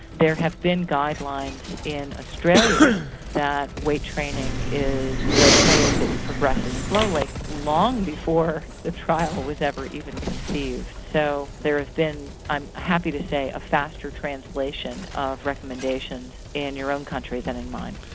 there have been guidelines in australia that weight training is ok if it progresses slowly, long before the trial was ever even conceived. so there's been, i'm happy to say, a faster translation of recommendations in your own country than in mine.